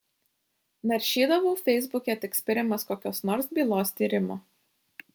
naršydavau feisbuke tik spiriamas kokios nors bylos tyrimo